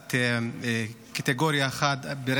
תחת קטגוריה אחת, במקום כל הנוהל הישן שהיה.